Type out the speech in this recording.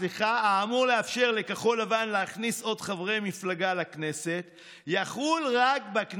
לא יהיה רשאי להשתמש שוב בהסדר ולהפסיק שוב את כהונתו בכנסת עד